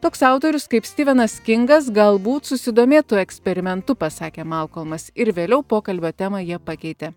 toks autorius kaip stivenas kingas galbūt susidomėtų eksperimentu pasakė malkolmas ir vėliau pokalbio temą jie pakeitė